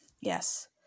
Yes